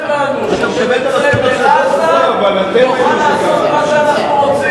נצא מעזה ונוכל לעשות מה שאנחנו רוצים,